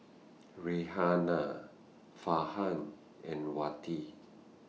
Raihana Farhan and Wati